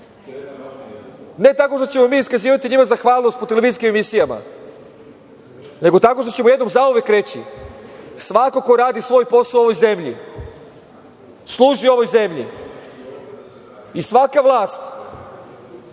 ne tako što ćemo mi njima iskazivati zahvalnost po televizijskim emisijama, nego tako što ćemo jednom zauvek reći – svako ko radi svoj posao u ovoj zemlji služi ovoj zemlji i svaka vlast